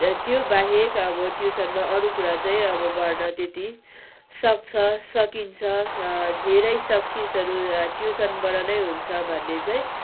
त्यो बाहेक अब ट्युसनमा अरू कुरा चाहिँ अब गर्न त्यति सक्छ सकिन्छ धेरै सक्सिसहरू ट्युसनबाट नै हुन्छ भन्ने चाहिँ